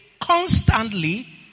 constantly